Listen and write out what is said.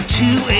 two